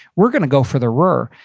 we're gonna go for the ruhr.